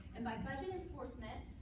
and by budget enforcement,